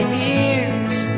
years